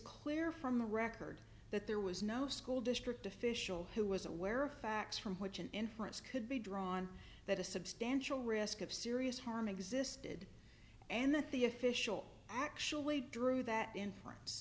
clear from the record that there was no school district official who was aware of facts from which an inference could be drawn that a substantial risk of serious harm existed and that the official actually drew that inference